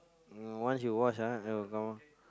once you wash ah it will come off